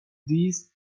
these